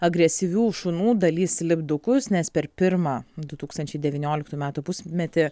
agresyvių šunų dalys lipdukus nes per pirmą du tūkstančiai devynioliktų metų pusmetį